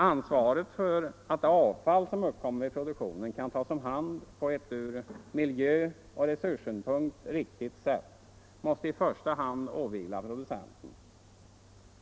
—-—-=- Ansvaret för att det avfall som uppkommer vid produktionen kan tas om hand på ett ur miljöoch resurssynpunkt riktigt sätt måste i första hand åvila producenten.